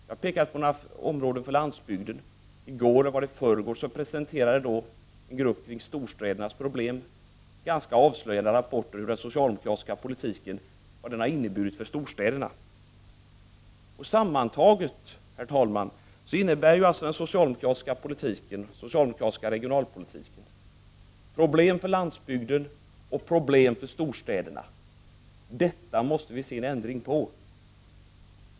Jag har pekat på några saker som rör landsbygden. I går, eller om det var i förrgår, presenterade en grupp som sysslar med storstädernas problem ganska avslöjande rapporter om vad den socialdemokratiska politiken har inneburit för storstäderna. Sammantaget, herr talman, innebär den socialdemokratiska regionalpolitiken problem för både landsbygden och storstäderna. Här måste vi få se en ändring.